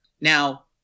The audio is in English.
Now